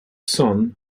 son